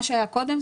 מה שהיה קודם,